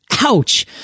Ouch